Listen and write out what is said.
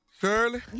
Shirley